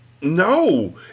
No